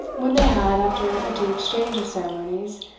when they had, after a due exchange of ceremonies,